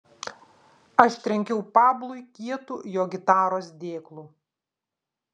aš trenkiau pablui kietu jo gitaros dėklu